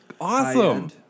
awesome